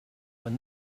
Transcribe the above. when